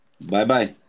Bye-bye